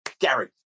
Gary